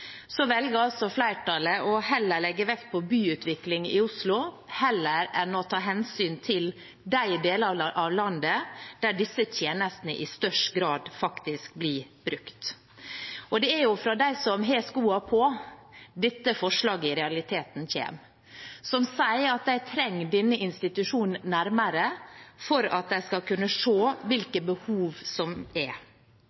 Så velger altså flertallet å legge vekt på byutvikling i Oslo heller enn å ta hensyn til de delene av landet der disse tjenestene i størst grad faktisk blir brukt. Det er jo fra dem som har skoene på, dette forslaget i realiteten kommer. De sier at de trenger denne institusjonen nærmere for at de skal kunne